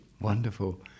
Wonderful